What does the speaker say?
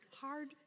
hard